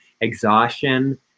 exhaustion